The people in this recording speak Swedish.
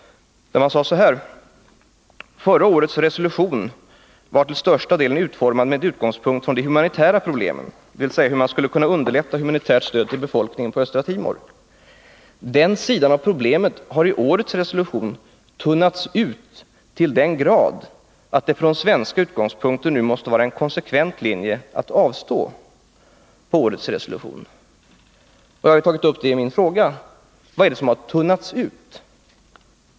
Där anfördes det: Förra årets resolution var till största delen utformad med utgångspunkt i de humanitära problemen, dvs. hur man skulle kunna underlätta humanitärt stöd till befolkningen på Östra Timor. Den sidan av problemet har i årets resolution tunnats ut till den grad att det från svenska utgångspunkter nu måste vara en konsekvent linje att avstå i vad gäller årets resolution. Och jag har tagit upp det i min interpellation: Vad är det som har tunnats ut?